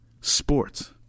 sports